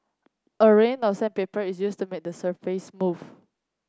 a range of sandpaper is used to make the surface smooth